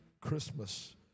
Christmas